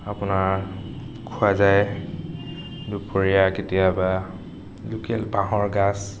আপোনাৰ খোৱা যায় দুপৰীয়া কেতিয়াবা লোকেল বাঁহৰ গাজ